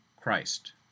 Christ